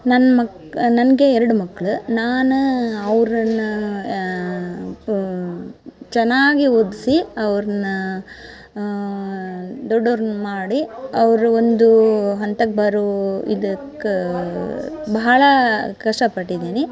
ನನ್ನ ಮಕ್ ನನಗೆ ಎರಡು ಮಕ್ಳ ನಾನು ಅವರನ್ನ ಚೆನ್ನಾಗಿ ಓದಿಸಿ ಅವ್ರ್ನ ದೊಡೊರನ್ನ ಮಾಡಿ ಅವರು ಒಂದು ಹಂತಕ್ಕೆ ಬರೋ ಇದಕ್ಕೆ ಬಹಳ ಕಷ್ಟ ಪಟ್ಟಿದ್ದೀನಿ